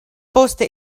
poste